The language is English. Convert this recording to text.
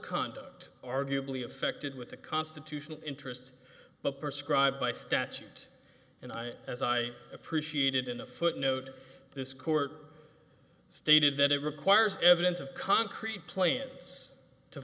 conduct arguably affected with a constitutional interest but perscribe by statute and i as i appreciated in a footnote this court stated that it requires evidence of concrete plants to